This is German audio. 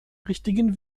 richtigen